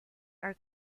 are